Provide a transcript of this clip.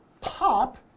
pop